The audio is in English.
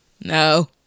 no